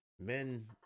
men